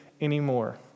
anymore